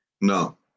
No